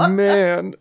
man